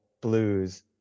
blues